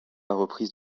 reprise